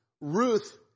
Ruth